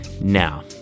now